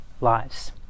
lives